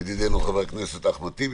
חבר הכנסת אחמד טיבי.